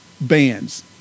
bands